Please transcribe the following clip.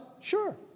Sure